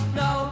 no